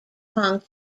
kong